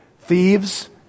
thieves